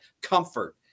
comfort